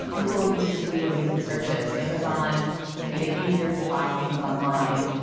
ah google used to do amazing searches. amazon made it easier to buy things online.